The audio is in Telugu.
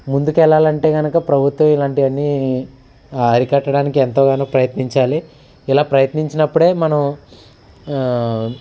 ముందుకెళ్ళాలంటే కనుక ప్రభుత్వం ఇలాంటివన్నీ అరికట్టడానికి ఎంతోగానో ప్రయత్నించాలి ఇలా ప్రయత్నించినప్పుడే మనం